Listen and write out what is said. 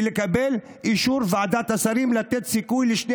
ולקבל את אישור ועדת השרים לתת סיכוי לשני